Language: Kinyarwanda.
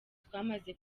twamaze